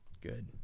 good